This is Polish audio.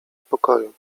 pokoju